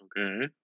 Okay